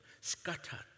scattered